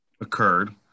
occurred